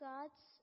God's